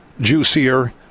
juicier